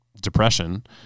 depression